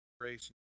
grace